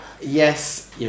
Yes